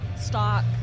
stock